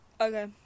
Okay